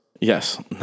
Yes